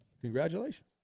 Congratulations